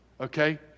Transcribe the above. okay